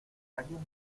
alguien